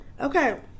Okay